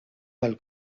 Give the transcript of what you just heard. del